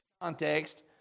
context